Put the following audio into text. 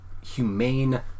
humane